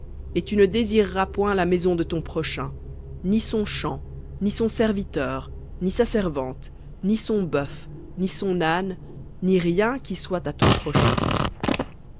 prochain tu ne convoiteras point la maison de ton prochain tu ne convoiteras point la femme de ton prochain ni son serviteur ni sa servante ni son bœuf ni son âne ni rien qui soit à ton prochain